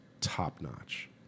top-notch